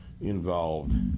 involved